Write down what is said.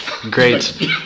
great